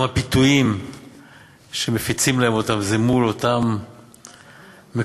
גם הפיתויים שמפיצים להם זה מול אותם מקומות